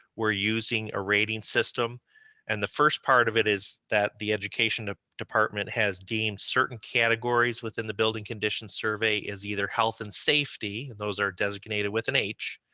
we're using a rating system and the first part of it is that the education department has deemed certain categories within the building condition survey as either health and safety, those are designated with an h,